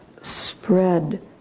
spread